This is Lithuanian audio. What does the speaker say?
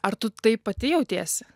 ar tu taip pati jautiesi